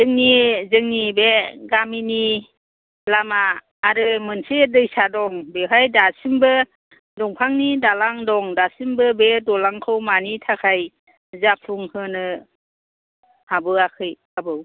जोंनि जोंनि बे गामिनि लामा आरो मोनसे दैसा दं बेहाय दासिमबो दंफांनि दालां दं दासिमबो बे दलांखौ मानि थाखाय जाफुंहोनो हाबोयाखै आबौ